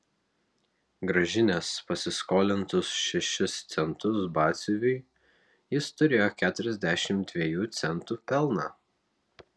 grąžinęs pasiskolintus šešis centus batsiuviui jis turėjo keturiasdešimt dviejų centų pelną